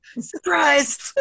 Surprised